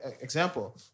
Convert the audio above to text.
example